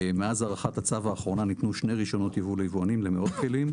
מאז הארכת הצו האחרונה ניתנו שני רישיונות יבוא ליבואנים למאות כלים.